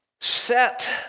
set